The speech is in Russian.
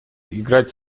играть